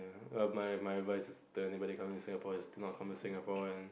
ya my my advice my advice to anybody coming to Singapore is do not come to Singapore and